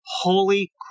Holy